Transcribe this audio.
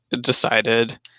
decided